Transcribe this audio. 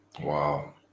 Wow